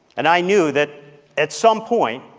and i knew that at some point,